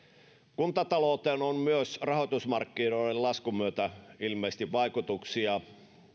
kuntatalouteen on myös rahoitusmarkkinoiden laskun myötä ilmeisesti vaikutuksia